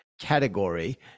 category